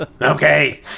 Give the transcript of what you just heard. Okay